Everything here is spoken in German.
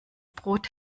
brot